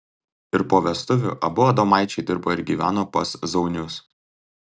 ir po vestuvių abu adomaičiai dirbo ir gyveno pas zaunius